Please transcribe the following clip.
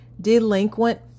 delinquent